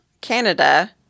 Canada